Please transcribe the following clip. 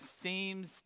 seems